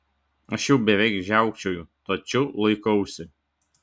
aš jau beveik žiaukčioju tačiau laikausi